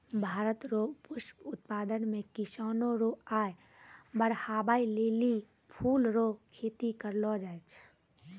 भारत रो पुष्प उत्पादन मे किसानो रो आय बड़हाबै लेली फूल रो खेती करलो जाय छै